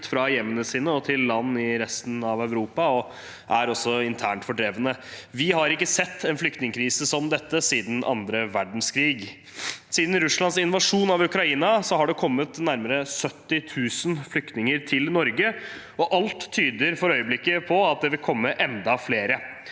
fra hjemmene sine til land i resten av Europa, eller er internt fordrevne. Vi har ikke sett en flyktningkrise som dette siden andre verdenskrig. Siden Russlands invasjon av Ukraina har det kommet nærmere 70 000 flyktninger til Norge, og alt tyder for øyeblikket på at det vil komme enda flere,